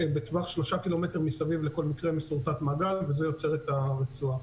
בטווח של שלושה קילומטר מסביב לכל מקרה משורטט מעגל וזה יוצר את הרצועה.